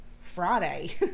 Friday